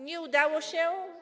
Nie udało się.